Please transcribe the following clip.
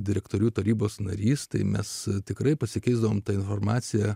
direktorių tarybos narys tai mes tikrai pasikeisdavome tą informaciją